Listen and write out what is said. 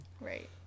right